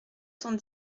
cent